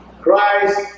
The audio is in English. Christ